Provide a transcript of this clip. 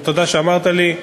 תודה שאמרת לי,